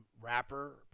rapper